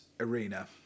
arena